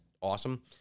awesome